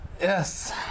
Yes